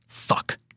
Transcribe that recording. fuck